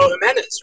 Jimenez